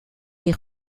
des